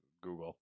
Google